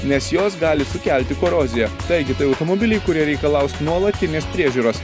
nes jos gali sukelti koroziją taigi tai automobiliai kurie reikalaus nuolatinės priežiūros